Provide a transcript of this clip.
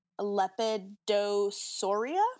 Lepidosauria